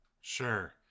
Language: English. Sure